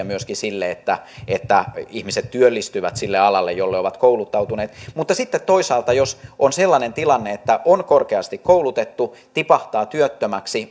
myöskin sille että että ihmiset työllistyvät sille alalle jolle ovat kouluttautuneet mutta sitten toisaalta jos on sellainen tilanne että on korkeasti koulutettu tipahtaa työttömäksi